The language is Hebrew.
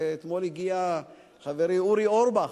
ואתמול הגיע חברי אורי אורבך